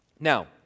Now